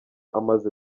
amaze